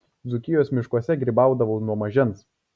dzūkijos miškuose grybaudavau nuo mažens